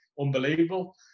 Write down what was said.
unbelievable